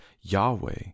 Yahweh